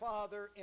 Father